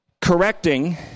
Correcting